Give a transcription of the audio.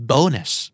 Bonus